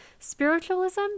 Spiritualism